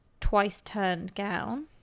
twice-turned-gown